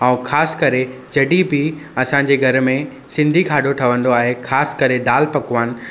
ऐं ख़ासि करे जॾहिं बि असांजे घर में सिंधी खाधो ठहंदो आहे ख़ासि करे दालि पकवान